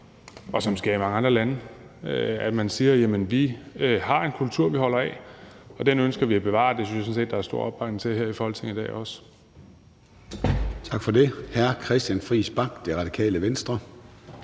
og som sker i mange andre lande, hvor man siger: Vi har en kultur, vi holder af, og den ønsker vi at bevare. Det synes jeg sådan set der er stor opbakning til her i Folketinget i dag også.